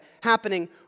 happening